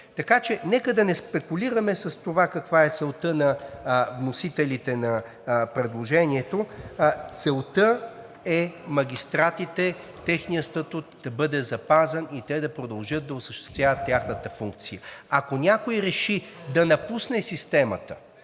Така че нека да не спекулираме с това каква е целта на вносителите на предложението. Целта е магистратите, техният статут да бъде запазен и те да продължат да осъществяват тяхната функция. Ако някой реши да напусне системата